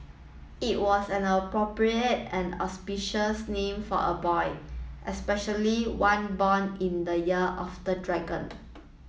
it was an appropriate and auspicious name for a boy especially one born in the year of the dragon